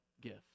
gift